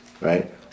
Right